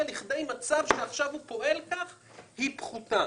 לידי מצב שעכשיו הוא פועל כך היא פחותה.